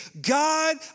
God